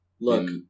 Look